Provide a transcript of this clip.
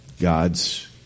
God's